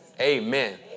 Amen